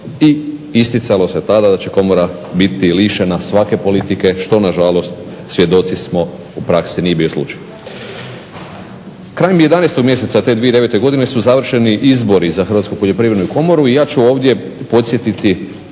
i isticalo se tada da će Komora biti lišena svake politike što nažalost svjedoci smo u praksi nije bio slučaj. Krajem 11. mjeseca te 2009. godine su završeni izbori za Hrvatsku poljoprivrednu komoru i ja ću ovdje podsjetiti